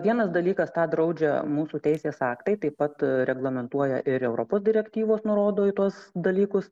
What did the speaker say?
vienas dalykas tą draudžia mūsų teisės aktai taip pat reglamentuoja ir europos direktyvos nurodo į tuos dalykus